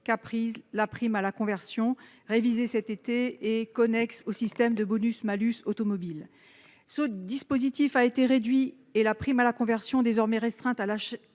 prend la prime à la conversion, révisée cet été, en parallèle du système de bonus-malus automobile. Ce dispositif a été réduit et la prime à la conversion, désormais restreinte à l'achat